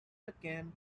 akin